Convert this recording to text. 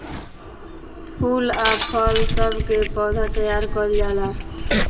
फूल आ फल सब के पौधा तैयार कइल जाला